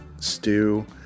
stew